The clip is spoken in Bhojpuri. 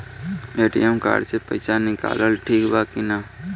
ए.टी.एम कार्ड से पईसा निकालल ठीक बा की ना?